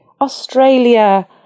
Australia